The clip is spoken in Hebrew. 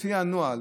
לפי הנוהל